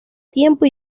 tiempo